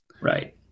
Right